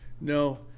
No